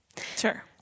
Sure